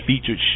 Featured